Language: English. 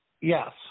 Yes